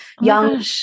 young